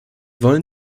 wollen